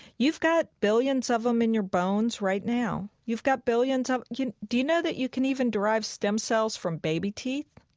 you've got billions of them in your bones right now. you've got billions of you know do you know that you can even derive stem cells from baby teeth?